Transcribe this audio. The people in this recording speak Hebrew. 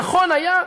הנכון היה,